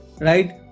right